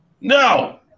no